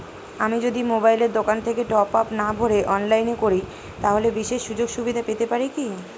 আমি যদি মোবাইলের দোকান থেকে টপআপ না ভরে অনলাইনে করি তাহলে বিশেষ সুযোগসুবিধা পেতে পারি কি?